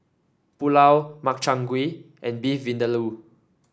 Pulao Makchang Gui and Beef Vindaloo